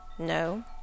No